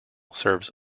serves